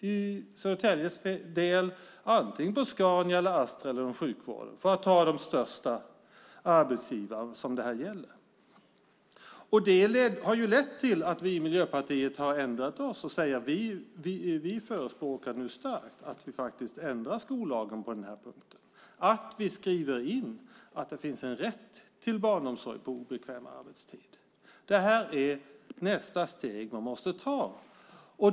I Södertälje arbetar man antingen på Scania, Astra eller inom sjukvården - de största arbetsgivarna som det här kan gälla. Det här har lett till att vi i Miljöpartiet har ändrat oss och säger att vi starkt förespråkar att ändra skollagen på den punkten. Vi ska skriva in en rätt till barnomsorg på obekväm arbetstid. Det här är nästa steg som måste tas.